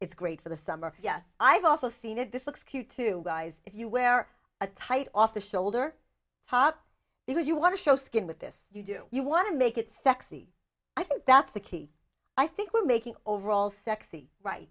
it's great for the summer yes i've also seen it this looks cute to guys if you wear a tight off the shoulder top because you want to show skin with this you do you want to make it sexy i think that's the key i think we're making overall sexy right